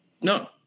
No